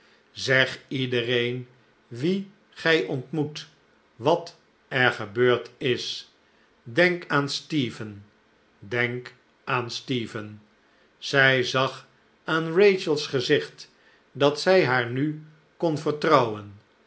zeg iedereen wien gij ontmoet wat er gebeurd is denk aan stephen denk aan stephen zij zag aan rachel's gezicht dat zij haar nu kon vertrouwen